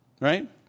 Right